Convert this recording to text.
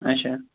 اَچھا